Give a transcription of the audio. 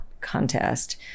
contest